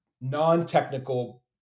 non-technical